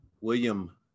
william